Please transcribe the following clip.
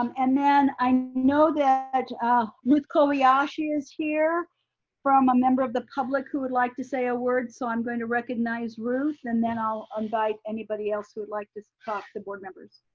um and then i know that ah ah ruth kobayashi is here from a member of the public who would like to say a word. so i'm going to recognize ruth and then i'll invite anybody else who would like to so talk to board members.